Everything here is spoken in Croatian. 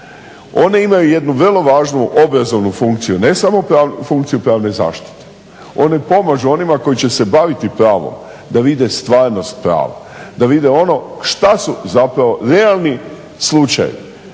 one imaju jedno vrlo važnu obrazovnu funkciju, ne samo funkciju pravne zaštite. One pomažu onima koji će se baviti pravom da vide stvarnost prava, da vide ono šta su zapravo realni slučajevi